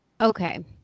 okay